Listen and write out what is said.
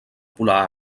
polar